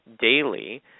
daily